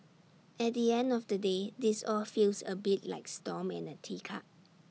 at the end of the day this all feels A bit like storm in A teacup